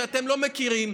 שאתם לא מכירים,